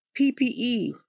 PPE